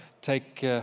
take